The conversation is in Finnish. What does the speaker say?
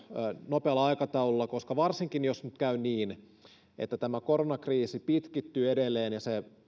nopealla aikataululla koska varsinkin jos nyt käy niin että tämä koronakriisi pitkittyy edelleen ja se